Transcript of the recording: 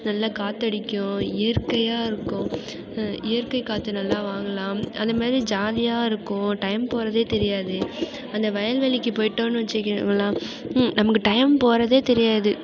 நல்ல காற்றடிக்கும் இயற்கையாக இருக்கும் இயற்கை காற்று நல்லா வாங்கலாம் அதேமாதிரி ஜாலியாக இருக்கும் டைம் போகிறதே தெரியாது அந்த வயல் வெளிக்கு போயிட்டோன்னு வச்சிக்கிங்களேன் நமக்கு டைம் போகிறதே தெரியாது